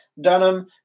Dunham